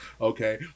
Okay